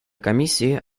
комиссии